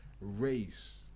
race